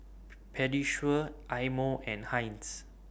Pediasure Eye Mo and Heinz